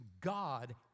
God